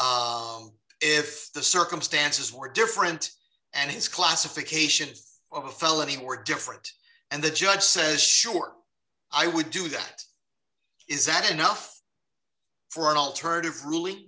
sentence if the circumstances were different and his classification of a felony were different and the judge says sure i would do that is that enough for an alternative really